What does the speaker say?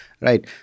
right